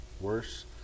worse